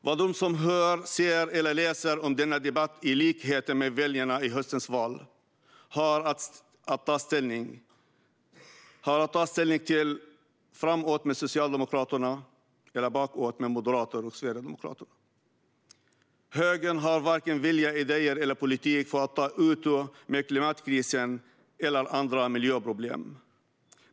Vad de som hör, ser eller läser om denna debatt, i likhet med väljarna i höstens val, har att ta ställning till är framåt med Socialdemokraterna eller bakåt med Moderaterna och Sverigedemokraterna. Högern har varken vilja, idéer eller politik för att ta itu med klimatkrisen eller andra miljöproblem.